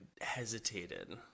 hesitated